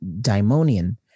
daimonian